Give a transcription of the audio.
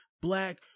black